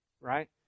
Right